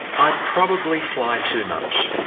i probably fly too much.